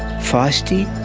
feisty,